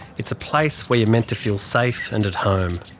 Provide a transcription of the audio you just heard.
it's a place where you're meant to feel safe and at home.